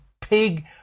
pig